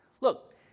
Look